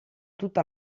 tutta